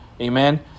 Amen